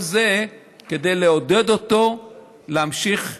כל זה כדי לעודד אותו להמשיך לשלם,